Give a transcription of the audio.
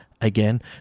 again